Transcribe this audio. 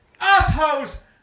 assholes